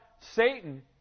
Satan